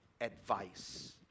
advice